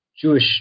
Jewish